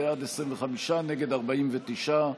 בעד, 25, נגד, 49,